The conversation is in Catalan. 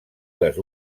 les